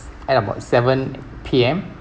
at about seven P_M